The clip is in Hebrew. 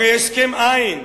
הרי הסכם אין.